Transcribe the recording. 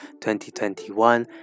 2021